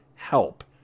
Help